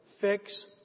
fix